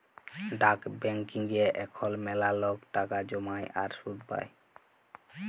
ডাক ব্যাংকিংয়ে এখল ম্যালা লক টাকা জ্যমায় আর সুদ পায়